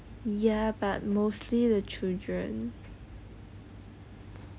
ya but mostly the children